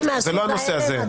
זה לא הנושא הזה.